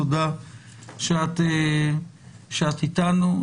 תודה שאת איתנו.